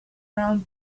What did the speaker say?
round